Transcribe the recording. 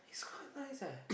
it's quite nice eh